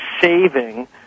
saving